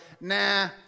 nah